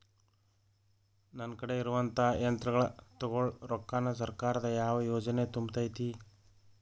ನನ್ ಕಡೆ ಇರುವಂಥಾ ಯಂತ್ರಗಳ ತೊಗೊಳು ರೊಕ್ಕಾನ್ ಸರ್ಕಾರದ ಯಾವ ಯೋಜನೆ ತುಂಬತೈತಿ?